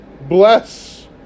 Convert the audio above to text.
Bless